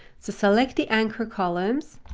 so select the anchor columns,